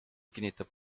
kinnitab